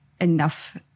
enough